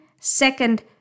Second